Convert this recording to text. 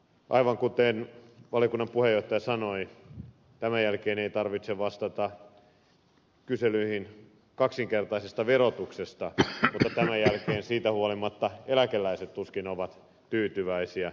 aivan kuten valiokunnan puheenjohtaja sanoi tämän jälkeen ei tarvitse vastata kyselyihin kaksinkertaisesta verotuksesta mutta tämän jälkeen siitä huolimatta eläkeläiset tuskin ovat tyytyväisiä